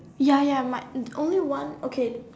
ya ya my only one okay